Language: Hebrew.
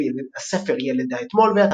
הספר "ילד האתמול",